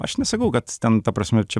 aš nesakau kad ten ta prasme čia